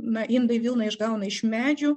na indai vilną išgauna iš medžių